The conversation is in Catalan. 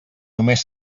només